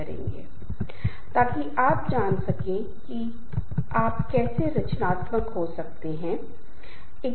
भाग 2 में मैं आगे इससे संबंधित चर्चा करने जा रहा हूं